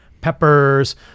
peppers